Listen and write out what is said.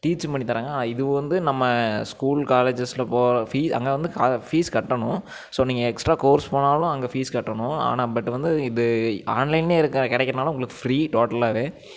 டீச்சும் பண்ணி தராங்க இது வந்து நம்ம ஸ்கூல் காலேஜஸில் போ ஃபீ அங்கே வந்து ஃபீஸ் கட்டணும் ஸோ நீங்கள் எக்ஸ்ட்ரா கோர்ஸ் போனாலும் அங்கே ஃபீஸ் கட்டணும் ஆனால் பட் வந்து இது ஆன்லைன்லேயே இருக்கிற கிடைக்கிறனால உங்களுக்கு ஃப்ரீ டோட்டலாகவே